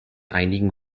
einigen